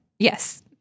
Yes